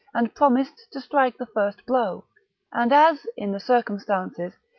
and promised to strike the first blow and as, in the circumstance's,